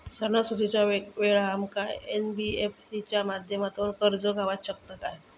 सणासुदीच्या वेळा आमका एन.बी.एफ.सी च्या माध्यमातून कर्ज गावात शकता काय?